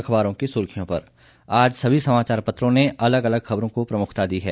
अखबारों की सुर्खियों आज सभी समाचार पत्रों ने अलग अलग खबरों को प्रमुखता दी है